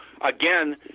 Again